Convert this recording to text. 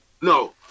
No